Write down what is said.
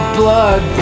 blood